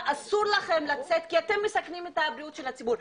להם שאסור להם לצאת כי הם מסכנים את בריאות הציבור.